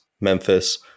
Memphis